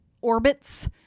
orbits